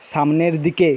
সামনের দিকে